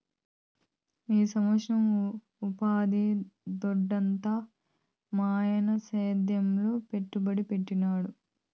ఈ సంవత్సరం ఉపాధి దొడ్డెంత మాయన్న సేద్యంలో పెట్టుబడి పెట్టినాడు